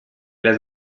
les